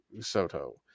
Soto